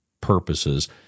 purposes